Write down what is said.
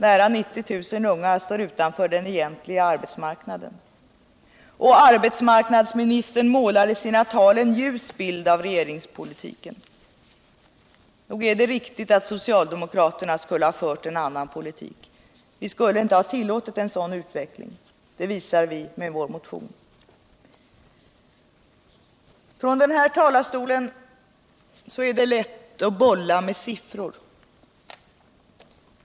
Nära 90 000 unga står utanför den egentliga arbetsmarknaden. Och arbetsmarknadsministern målar i sina tal en ljus bild av regeringspolitiken. Nog är det riktigt att socialdemokraterna skulle ha fört en annan politik. Vi skulle inte ha tillåtit en sådan utveckling, det visar vi med vär motion. Från den här talarstolen är det lätt att bolla med siffror.